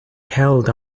held